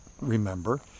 remember